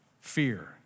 fear